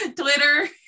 twitter